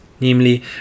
namely